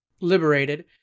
Liberated